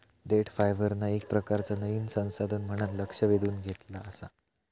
देठ फायबरना येक प्रकारचा नयीन संसाधन म्हणान लक्ष वेधून घेतला आसा